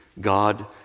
God